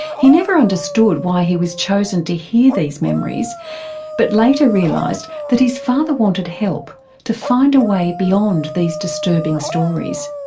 he never understood why he was chosen to hear these memories but later realised that his father wanted help to find a way beyond these disturbing stories.